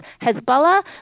Hezbollah